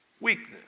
weakness